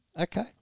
Okay